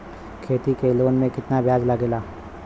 खेती के लोन में कितना ब्याज लगेला?